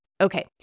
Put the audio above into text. Okay